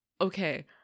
Okay